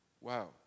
Wow